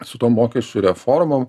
su tom mokesčių reformom